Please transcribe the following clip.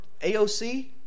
AOC